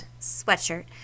Sweatshirt